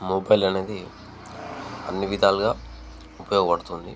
mobile అనేది అన్ని విధాలుగా ఉపయోగపడుతుంది